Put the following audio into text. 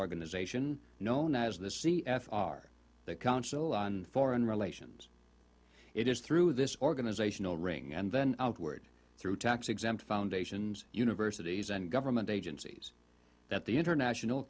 organization known as the c f r the council on foreign relations it is through this organizational ring and then outward through tax exempt foundations universities and government agencies that the international